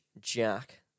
Jack